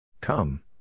Come